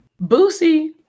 Boosie